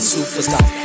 Superstar